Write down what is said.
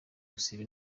gusiba